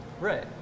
right